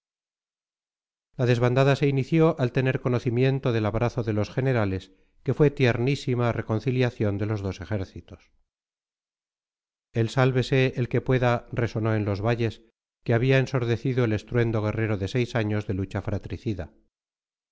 la desbandada se inició al tener conocimiento del abrazo de los generales que fue tiernísima reconciliación de los dos ejércitos el sálvese el que pueda resonó en los valles que había ensordecido el estruendo guerrero de seis años de lucha fratricida